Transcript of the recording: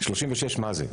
מה זה 36?